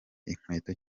inkweto